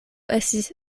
estis